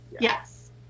Yes